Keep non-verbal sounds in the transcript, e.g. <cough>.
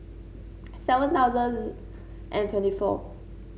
<noise> seven thousand and twenty four